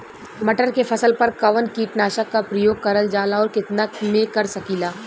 मटर के फसल पर कवन कीटनाशक क प्रयोग करल जाला और कितना में कर सकीला?